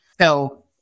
So-